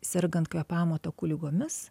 sergant kvėpavimo takų ligomis